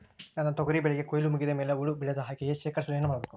ನನ್ನ ತೊಗರಿ ಬೆಳೆಗೆ ಕೊಯ್ಲು ಮುಗಿದ ಮೇಲೆ ಹುಳು ಬೇಳದ ಹಾಗೆ ಶೇಖರಿಸಲು ಏನು ಮಾಡಬೇಕು?